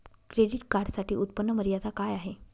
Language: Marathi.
क्रेडिट कार्डसाठी उत्त्पन्न मर्यादा काय आहे?